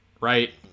right